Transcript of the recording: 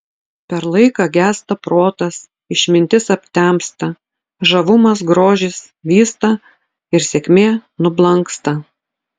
per laiką gęsta protas išmintis aptemsta žavumas grožis vysta ir sėkmė nublanksta